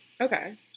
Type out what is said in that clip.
Okay